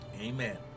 Amen